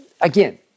Again